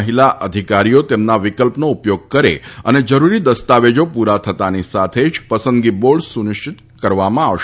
મહિલા અધિકારીઓ તેમના વિકલ્પનો ઉપયોગ કરે અને જરૂરી દસ્તાવેજો પૂરા થતાંની સાથે જ પસંદગી બોર્ડ સુનિશ્ચિત કરવામાં આવશે